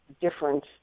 different